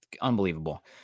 unbelievable